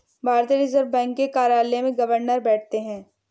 भारतीय Reserve Bank के कार्यालय में गवर्नर बैठते हैं